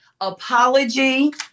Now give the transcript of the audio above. apology